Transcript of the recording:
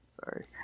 Sorry